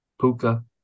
Puka